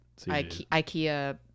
IKEA